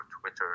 Twitter